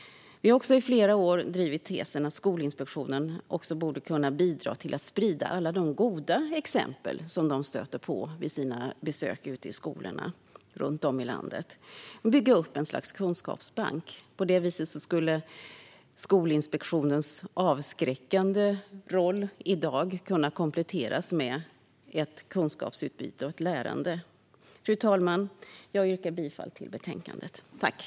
Vi har också i flera år drivit tesen att Skolinspektionen borde kunna bidra till att sprida alla goda exempel man stöter på vid besök i skolorna runt om i landet och bygga upp ett slags kunskapsbank. På det viset skulle Skolinspektionens avskräckande roll i dag kunna kompletteras med ett kunskapsutbyte och lärande. Fru talman! Jag yrkar bifall till förslaget i betänkandet.